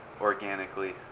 organically